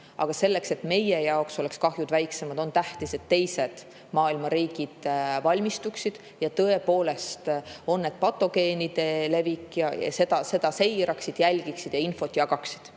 Aga selleks, et meie jaoks oleks kahjud väiksemad, on tähtis, et teised maailma riigid valmistuksid patogeenide levikuks, [olukorda] seiraksid, jälgiksid ja infot jagaksid.